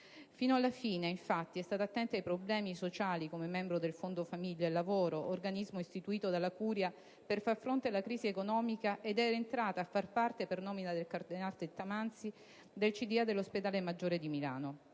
Fino alla fine, infatti, è stata attenta ai problemi sociali come membro del Fondo famiglia e lavoro, organismo istituito dalla curia per far fronte alla crisi economica, ed era entrata anche a far parte, per nomina del cardinale Tettamanzi, del consiglio di